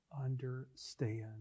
understand